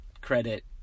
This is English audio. credit